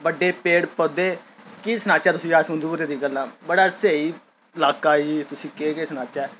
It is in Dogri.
बड्डे पेड़ पौधे केह् सनाह्चै तुसें ई अस उधमपुरै दियां गल्लां बड़ा स्हेई लाका ई तुसें ई केह् केह् सनाह्चै